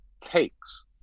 takes